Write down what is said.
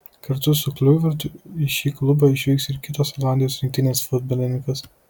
kartu su kliuivertu į šį klubą išvyks ir kitas olandijos rinktinės futbolininkas